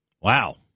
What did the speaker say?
Wow